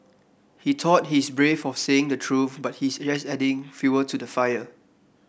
he thought he's brave for saying the truth but he's just adding fuel to the fire